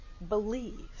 Believe